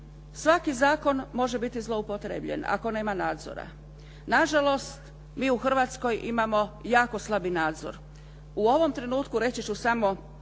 Svaki zakon može biti zloupotrijebljen ako nema nadzora. Na žalost mi u Hrvatskoj imamo jako slabi nadzor. U ovom trenutku reći ću samo